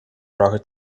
rocket